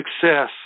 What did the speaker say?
success